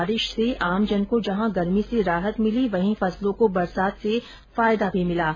बारिश से आमजन को जहां गर्मी से राहत भिली वहीं फसलों को बरसात से फायदा मिला है